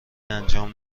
انجام